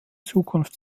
zukunft